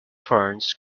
ferns